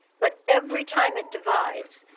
but every time it divides,